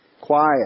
quiet